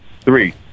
Three